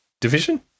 Division